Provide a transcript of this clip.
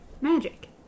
Magic